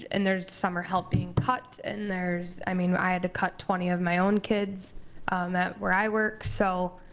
and there's summer help being cut, and there's. i mean i had to cut twenty of my own kids where i work. so